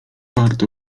warto